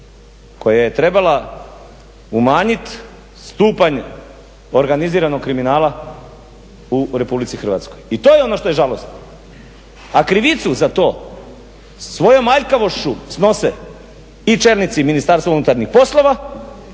koja je trebala umanjiti stupanj organiziranog kriminala u Republici Hrvatskoj, i to je ono što je žalosno, a krivicu za to svojom aljkavošću snose i čelnici Ministarstva unutarnjih poslova,